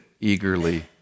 eagerly